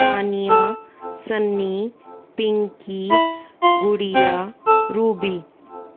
Tania Sunny Pinky Gudiya Ruby